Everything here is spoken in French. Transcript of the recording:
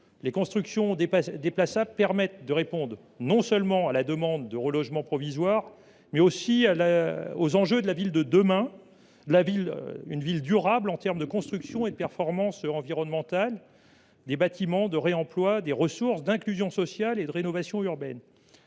les constructions déplaçables permettent de répondre non seulement à la demande de relogement provisoire, mais aussi aux enjeux de la ville durable en termes de construction et de performance environnementale des bâtiments, de réemploi des ressources, d’inclusion sociale et de rénovation urbaine.